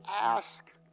ask